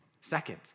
Second